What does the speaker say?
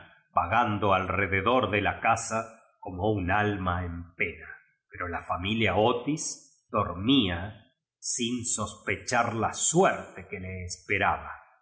gando alrededor de la casa como un alma en pena pero la familia otia dormía sin sos pechar lo suerte que le esperaba